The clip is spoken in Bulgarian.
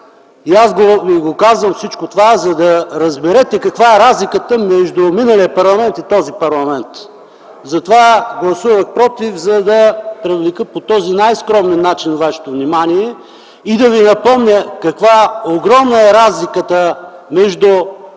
и аз казвам всичко това, за да разберете каква е разликата между миналия и този парламент. Гласувах „против”, за да привлека по този най-скромен начин вашето внимание и да ви напомня каква огромна е разликата само